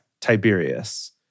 Tiberius